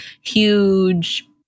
huge